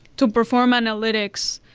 to perform analytics,